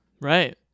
Right